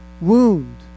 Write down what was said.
wound